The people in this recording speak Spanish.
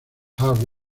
hard